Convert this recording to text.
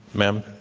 ma'am.